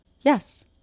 Yes